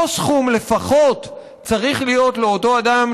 אותו סכום לפחות צריך להיות לאותו אדם